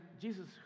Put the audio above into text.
Jesus